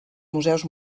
museus